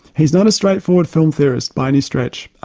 he's not a straightforward film theorist by any stretch.